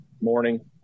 morning